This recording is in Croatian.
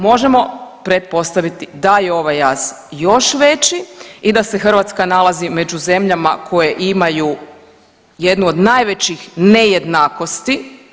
Možemo pretpostaviti da je ovaj jaz još veći i da se Hrvatska nalazi među zemljama koje imaju jednu od najvećih nejednakosti.